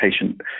patient